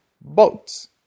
boats